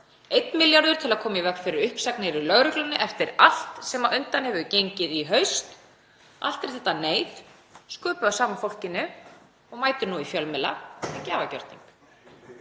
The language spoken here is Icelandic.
Einn milljarður til að koma í veg fyrir uppsagnir hjá lögreglunni eftir allt sem á undan er gengið í haust. Allt er þetta neyð sköpuð af sama fólkinu og mætir nú í fjölmiðla með gjafagjörning.